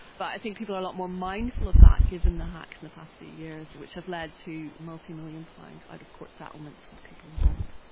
but i think people are a lot more mindful of that given the hacks in and the past few years which have led to multi-million-pound out-of-court settlements for the people involved.